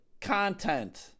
content